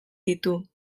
ditu